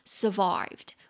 survived